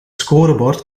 scorebord